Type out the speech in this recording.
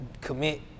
commit